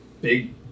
big